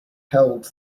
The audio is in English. held